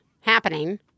happening